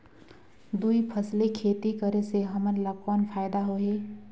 दुई फसली खेती करे से हमन ला कौन फायदा होही?